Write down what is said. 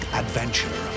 adventure